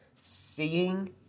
Seeing